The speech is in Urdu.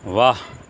واہ